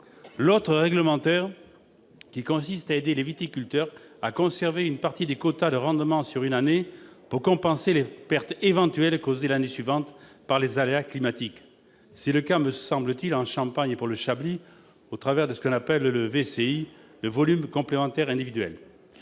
l'autre est réglementaire, et consiste à aider les viticulteurs à conserver une partie des quotas de rendement sur une année pour compenser les pertes éventuelles causées l'année suivante par les aléas climatiques. C'est le cas, me semble-t-il, en Champagne et pour le Chablis, avec ce que l'on appelle le VCI, le volume complémentaire individuel.